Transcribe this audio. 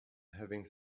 having